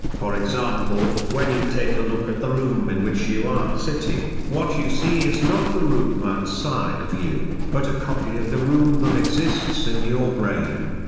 for example, example, when you take a look at the room in which you are sitting, what you see is not the room outside of you, but a copy of the room that exists in your brain.